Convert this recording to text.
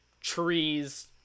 trees